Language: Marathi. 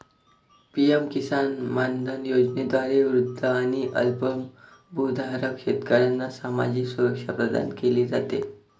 पी.एम किसान मानधन योजनेद्वारे वृद्ध आणि अल्पभूधारक शेतकऱ्यांना सामाजिक सुरक्षा प्रदान केली जाते